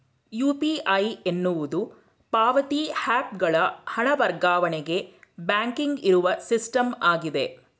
UPI ಎನ್ನುವುದು ಪಾವತಿ app ಗಳ ಹಣ ವರ್ಗಾವಣೆಗೆ ಬ್ಯಾಂಕಿಂಗ್ ಇರುವ ಸಿಸ್ಟಮ್ ಆಗಿದೆ